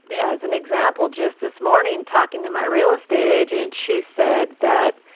as an example, just this morning, talking to my real estate agent, she said that,